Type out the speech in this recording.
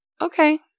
okay